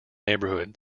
neighbourhood